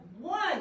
one